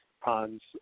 ponds